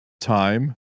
time